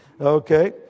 Okay